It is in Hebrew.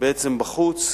בעצם בחוץ,